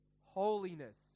holiness